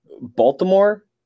Baltimore